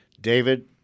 David